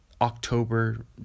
October